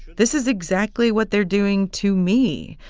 this is exactly what they're doing to me.